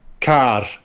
car